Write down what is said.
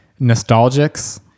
nostalgics